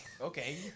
Okay